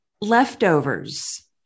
leftovers